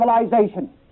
civilization